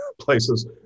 places